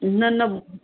न न